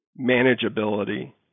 manageability